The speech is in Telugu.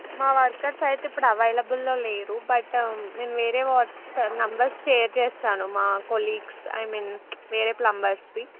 మా వర్కర్స్ అయితే ఇప్పుడు అవైలబుల్లో లేరు బట్ నేను వేరే వాట్సప్ నెంబర్స్ షేర్ చేస్తాను మా కొలీగ్స్ ఐ మీన్ వేరే ప్లంబర్స్వి